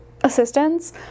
assistance